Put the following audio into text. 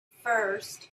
first